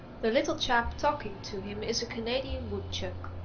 the little chap talking to him is a canadian woodchuck.